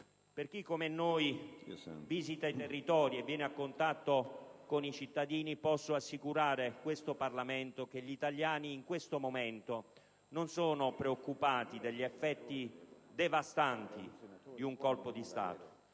Chi come noi visita i territori e viene a contatto con i cittadini assicura a questo Parlamento che gli italiani in questo momento non sono preoccupati degli effetti devastanti di un colpo di Stato,